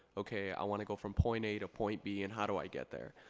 okay, i wanna go from point a to point b and how do i get there?